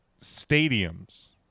stadiums